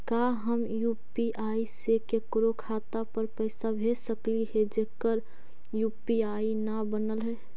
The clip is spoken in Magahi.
का हम यु.पी.आई से केकरो खाता पर पैसा भेज सकली हे जेकर यु.पी.आई न बनल है?